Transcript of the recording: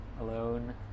alone